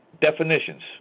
definitions